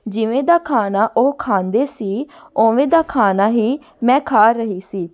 ਜਿਵੇਂ ਦਾ ਖਾਣਾ ਉਹ ਖਾਂਦੇ ਸੀ ਉਵੇਂ ਦਾ ਖਾਣਾ ਹੀ ਮੈਂ ਖਾ ਰਹੀ ਸੀ